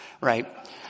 right